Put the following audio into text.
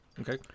Okay